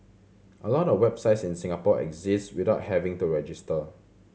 a lot of websites in Singapore exist without having to register